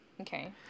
Okay